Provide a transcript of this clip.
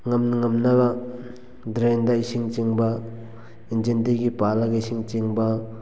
ꯉꯝꯅ ꯉꯝꯅꯕ ꯗ꯭ꯔꯦꯟꯗ ꯏꯁꯤꯡ ꯆꯤꯡꯕ ꯏꯟꯖꯤꯟꯗꯒꯤ ꯄꯥꯜꯂꯒ ꯏꯁꯤꯡ ꯆꯤꯡꯕ